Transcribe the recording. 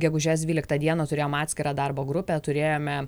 gegužės dvyliktą dieną turėjom atskirą darbo grupę turėjome